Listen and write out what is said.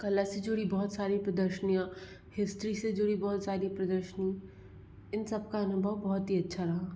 कला से जुड़ी बहुत सारी प्रदर्शनियाँ हिस्ट्री से जुड़ी बहुत सारी प्रदर्शनी इन सबका अनुभव बहुत ही अच्छा रहा